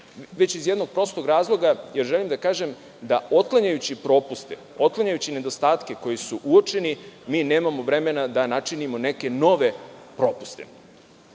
već iz jednog prostog razloga, jer želim da kažem da otklanjajući propuste, otklanjajući nedostatke koji su uočeni, mi nemamo vremena da načinimo neke nove propuste. Mislim